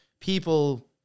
people